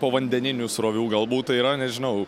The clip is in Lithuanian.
povandeninių srovių galbūt tai yra nežinau